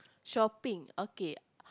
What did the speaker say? shopping okay